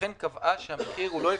אכן קבעה שהמחיר אינו הפסדי,